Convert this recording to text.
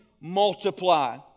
multiply